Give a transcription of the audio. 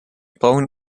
brauchen